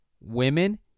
women